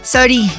Sorry